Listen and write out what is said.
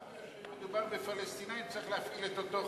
גם כאשר מדובר בפלסטינים צריך להפעיל את אותו חוק.